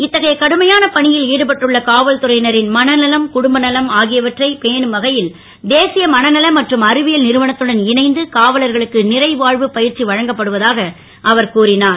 இத்தகைய கடுமையான பணி ல் ஈடுபட்டுள்ள காவல்துறை னரின் மனநலம் குடும்பநலம் ஆகியவற்றை பேணும் வகை ல் தேசிய மனநல மற்றும் அறிவியல் றுவனத்துடன் இணைந்து காவலர்களுக்கு றைவா வுப் ப ற்சி வழங்கப்படுவதாக அவர் கூறினார்